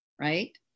right